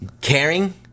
caring